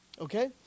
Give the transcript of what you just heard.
okay